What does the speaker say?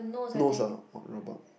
nose ah !wah! rabak